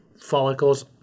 follicles